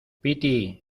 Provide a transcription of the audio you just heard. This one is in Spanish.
piti